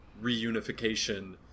reunification